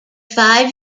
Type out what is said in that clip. five